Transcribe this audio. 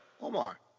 Omar